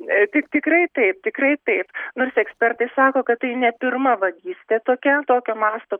tik tikrai taip tikrai taip nors ekspertai sako kad tai ne pirma vagystė tokia tokio masto